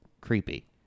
creepy